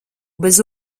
bez